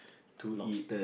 to eat